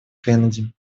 кеннеди